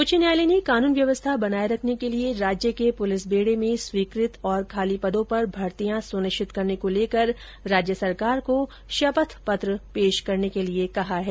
उच्च न्यायालय ने कानून व्यवस्था बनाये रखने के लिये राज्य के पुलिस बेडे में स्वीकृत और खाली पदों पर भर्तियां सुनिश्चित करने को लेकर राज्य सरकार को शपथ पत्र पेश करने के आदेश दिये है